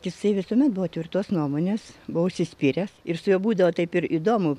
jisai visuomet buvo tvirtos nuomonės buvo užsispyręs ir su juo būdavo taip ir įdomu